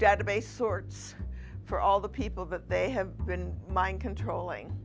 database sorts for all the people that they have been mind controlling